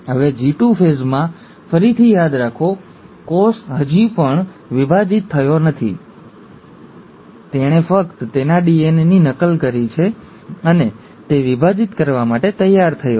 હવે G2 ફેઝમાં ફરીથી યાદ રાખો કોષ હજી પણ વિભાજિત થયો નથી તેણે ફક્ત તેના ડીએનએની નકલ કરી છે અને તે વિભાજિત કરવા માટે તૈયાર છે